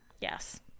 yes